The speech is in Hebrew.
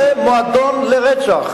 "חיזבאללה" זה מועדון לרצח.